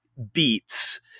beats